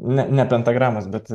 ne ne pentagramos bet